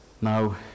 now